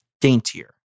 daintier